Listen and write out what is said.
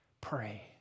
pray